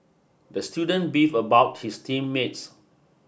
the student beef about his team mates